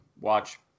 watch